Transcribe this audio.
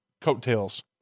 coattails